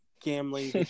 gambling